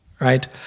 right